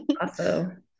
Awesome